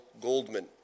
Goldman